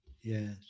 yes